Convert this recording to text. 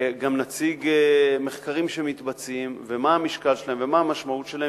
גם נציג מחקרים שמתבצעים ומה המשקל שלהם ומה המשמעות שלהם,